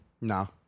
No